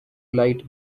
light